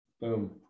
Boom